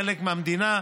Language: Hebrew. חלק מהמדינה,